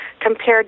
compared